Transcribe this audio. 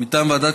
מטעם ועדת